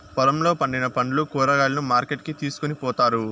పొలంలో పండిన పండ్లు, కూరగాయలను మార్కెట్ కి తీసుకొని పోతారు